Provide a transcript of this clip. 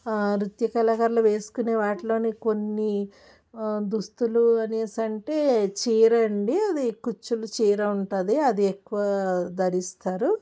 నృత్య కళాకారులు వేసుకునే వాటిలోని కొన్ని దుస్తులు అనేసి అంటే చీర అండి అది కుచ్చులు చీర ఉంటది అది ఎక్కువ ధరిస్తారు